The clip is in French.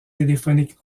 téléphoniques